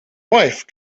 wife